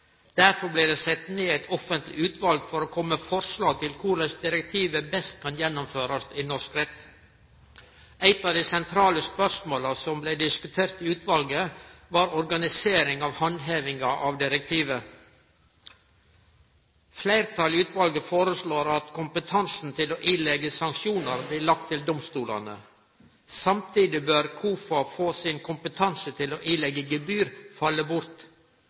Derfor blei det sett ned eit offentleg utval for å kome med forslag til korleis direktivet best kan gjennomførast i norsk rett. Eit av dei sentrale spørsmåla som blei diskutert i utvalet, var organisering av handhevinga av direktivet. Fleirtalet i utvalet foreslår at kompetansen til å påleggje sanksjonar blir lagd til domstolane. Samtidig bør KOFA sin kompetanse til å påleggje gebyr falle bort.